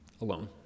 alone